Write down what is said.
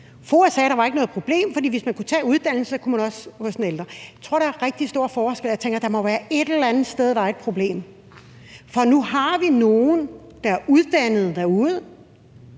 FOA sagde, at der ikke var noget problem, for hvis man kunne tage uddannelsen, kunne man også være hos en ældre. Jeg tror, der er rigtig stor forskel, og jeg tænker: Der må være et eller andet sted, der er et problem. For nu har vi nogle, der er uddannede, derude,